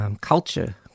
Culture